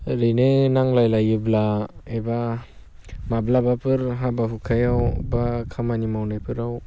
ओरैनो नांज्लायलायोब्ला एबा माब्लाबाफोर हाबा हुखायाव बा खामानि मावनायफोराव